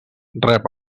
rep